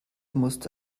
musste